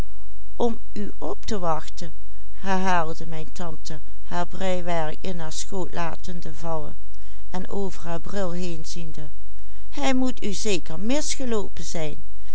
haar schoot latende vallen en over haar bril heenziende hij moet u zeker misgeloopen